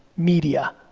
media,